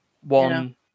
One